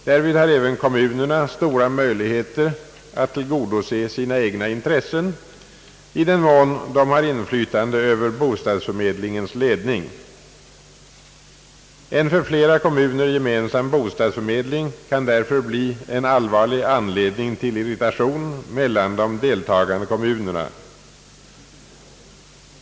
Därvid har även kommunerna stora möjligheter att tillgodose sina egna intressen i den mån de har inflytande över bostadsförmedlingens ledning. En för flera kommuner gemensam bostadsförmedling kan därför bli en allvarlig anledning till irritation mellan de deltagande kommunerna.